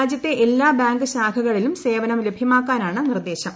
രാജൃത്തെ എല്ലാ ബാങ്ക് ശാഖകളിലും സേവന ലഭ്യമാക്കാനാണ് നിർദ്ദേശം